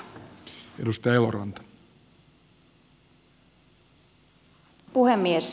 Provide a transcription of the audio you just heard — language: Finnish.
arvoisa puhemies